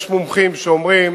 יש מומחים שאומרים